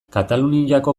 kataluniako